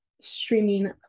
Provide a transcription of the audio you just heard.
streaming